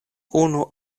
unu